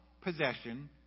possession